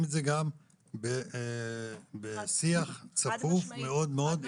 את זה גם בשיח צפוף מאוד מאוד איתם.